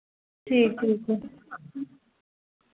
ठीक ठीक ऐ